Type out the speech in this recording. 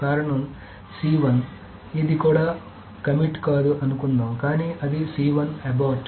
కారణం ఇది కూడా కమిట్ కాదు అనుకుందాం కానీ అది అబార్ట్